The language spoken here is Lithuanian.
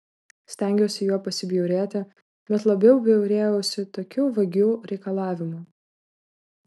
stengiausi juo pasibjaurėti bet labiau bjaurėjausi tokiu vagių reikalavimu